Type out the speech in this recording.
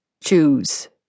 Choose